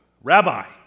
Rabbi